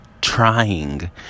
trying